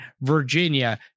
Virginia